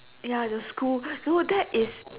ya the school so that is